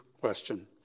question